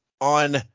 On